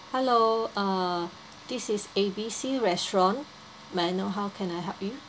hello uh this is A B C restaurant may I know how can I help you